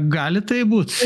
gali taip būt